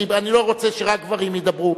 כי אני לא רוצה שרק גברים ידברו.